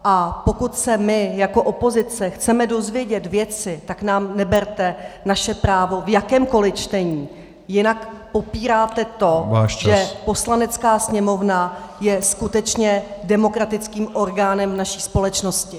A pokud se my jako opozice chceme dozvědět věci, tak nám neberte naše právo v jakémkoli čtení, jinak popíráte to , že Poslanecká sněmovna je skutečně demokratickým orgánem v naší společnosti.